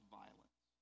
violence